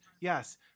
Yes